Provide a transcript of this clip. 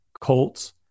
Colts